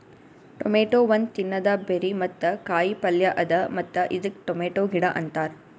tomato ಒಂದ್ ತಿನ್ನದ berry ಮತ್ತ ಕಾಯಿ ಪಲ್ಯ ಅದಾ ಮತ್ತ ಇದಕ್ ಟೊಮೇಟೊ ಗಿಡ ಅಂತಾರ್